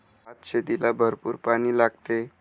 भातशेतीला भरपूर पाणी लागते